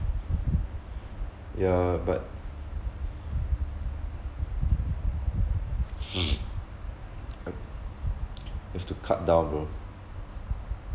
ya but have to cut down bro